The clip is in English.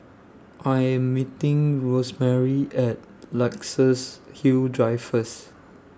I Am meeting Rosemarie At Luxus Hill Drive First